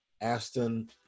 Aston